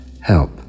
help